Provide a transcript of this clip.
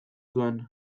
zuen